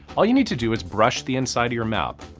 all you need to do is brush the inside your mouth.